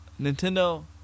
Nintendo